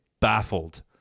baffled